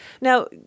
Now